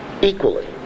equally